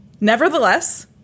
Nevertheless